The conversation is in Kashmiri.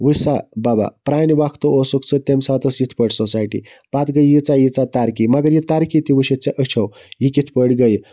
وٕچھ سہَ بَبہَ پرانہِ وَقتہٕ اوسُکھ ژٕ تمہِ ساتہٕ ٲسۍ یِتھ پٲٹھۍ سوسایٹی پَتہٕ گٔیہِ ییٖژاہ ییٖژاہ ترقی یہِ ترقی تہِ وٕچھِتھ ژےٚ أچھو کِتھ پٲٹھۍ گٔیہِ